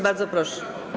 Bardzo proszę.